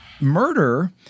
Murder